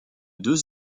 deux